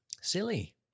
silly